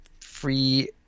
free